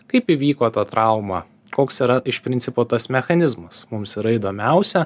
kaip įvyko ta trauma koks yra iš principo tas mechanizmas mums yra įdomiausia